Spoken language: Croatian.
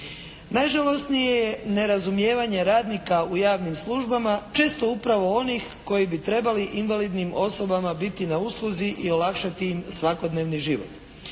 Najžalosnije je nerazumijevanje radnika u javnim službama, često upravo onih koji bi trebali invalidnim osobama biti na usluzi i olakšati im svakodnevni život.